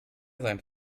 seinen